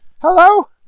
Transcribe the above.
Hello